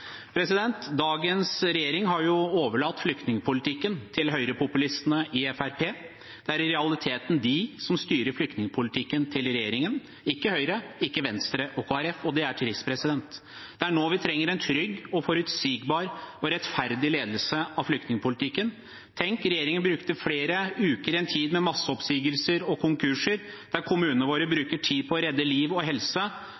Dagens regjering har overlatt flyktningpolitikken til høyrepopulistene i Fremskrittspartiet. Det er i realiteten de som styrer flyktningpolitikken til regjeringen – ikke Høyre, ikke Venstre og ikke Kristelig Folkeparti – og det er trist. Det er nå vi trenger en trygg, forutsigbar og rettferdig ledelse av flyktningpolitikken. Tenk, regjeringen brukte flere uker i en tid med masseoppsigelser og konkurser, der kommunene våre